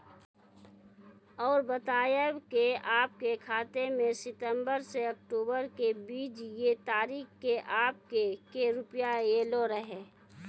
और बतायब के आपके खाते मे सितंबर से अक्टूबर के बीज ये तारीख के आपके के रुपिया येलो रहे?